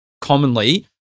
commonly